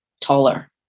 taller